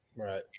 Right